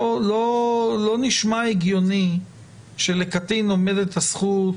לא נשמע הגיוני שלקטין עומדת הזכות